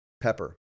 pepper